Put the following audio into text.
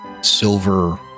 silver